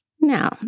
Now